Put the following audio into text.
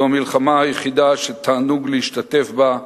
זו המלחמה היחידה שתענוג להשתתף בה,